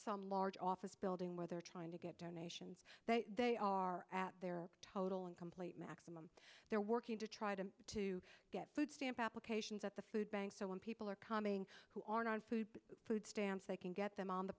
some large office building where they're trying to get donations that they are at their total and complete maximum they're working to try to to get food stamp applications at the food bank so when people are calming who are non food food stamps they can get them on the